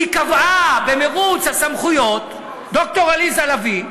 היא קבעה במירוץ הסמכויות, ד"ר עליזה לביא,